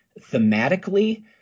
thematically